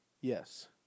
Yes